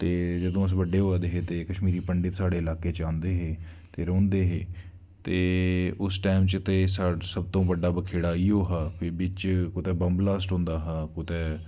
ते जदूं अस बड्डे होआ दे हे ते कश्मीरी पंडत साढ़े लाह्के च औंदे हे ते रौंह्दे हे ते उस टैम च ते सा सब तो बड्डा बखेड़ा इ'यो हा भाई बिच्च कुतै बम्ब ब्लास्ट होंदा हा कुतै